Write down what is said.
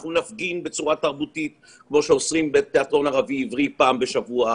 אנחנו נפגין בצורה תרבותית כמו שעושים בתיאטרון הערבי-עברי פעם בשבוע,